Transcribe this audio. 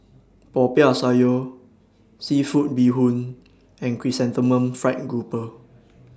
Popiah Sayur Seafood Bee Hoon and Chrysanthemum Fried Grouper